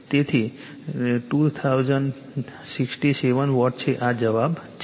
તેથી 2067 વોટ છે આ જવાબ છે